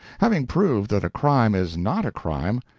having proved that a crime is not a crime,